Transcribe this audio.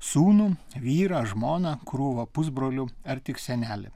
sūnų vyrą žmoną krūvą pusbrolių ar tik senelį